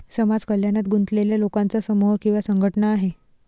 समाज कल्याणात गुंतलेल्या लोकांचा समूह किंवा संघटना आहे